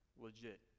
legit